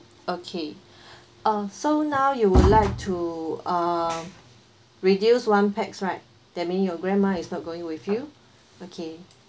okay uh so now you would like to uh reduce one pax right that mean your grandma is not going with you okay